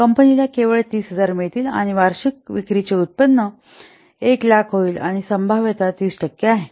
कंपनीला केवळ 30000 मिळतील कारण वार्षिक विक्रीचे उत्पन्न १००००० होईल आणि संभाव्यता 30 टक्के आहे